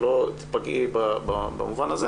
שלא תיפגעי במובן הזה,